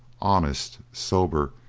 honest, sober,